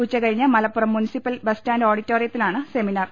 ഉച്ചകഴിഞ്ഞ് Malappuram municipal bus stand ഓഡിറ്റോറിയത്തിലാണ് seminar